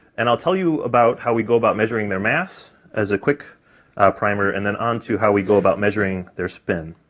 and i'll tell you about how we go about measuring their mass as a quick primer, and then onto how we go about measuring their spin.